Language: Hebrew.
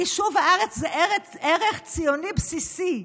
יישוב הארץ זה ערך ציוני בסיסי,